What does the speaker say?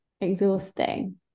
exhausting